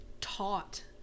taught